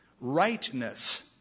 Rightness